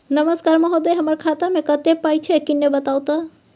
नमस्कार महोदय, हमर खाता मे कत्ते पाई छै किन्ने बताऊ त?